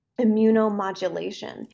immunomodulation